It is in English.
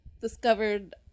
discovered